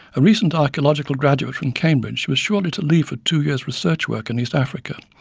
a recent archaeological graduate from cambridge, she was shortly to leave for two years research work in east africa.